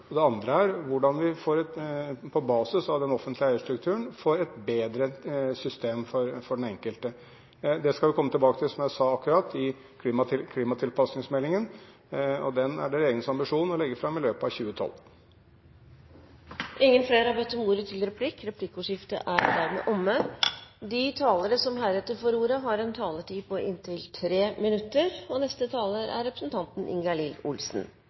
og det andre er hvordan vi på basis av den offentlige eierstrukturen får et bedre system for den enkelte. Det skal vi komme tilbake til, som jeg akkurat sa, i klimatilpasningsmeldingen, og den er det regjeringens ambisjon å legge fram i løpet av 2012. Replikkordskiftet er dermed omme. De talere som heretter får ordet, har en taletid på inntil 3 minutter. Et godt vann er